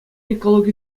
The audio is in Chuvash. экологи